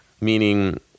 Meaning